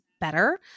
better